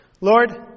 Lord